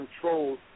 control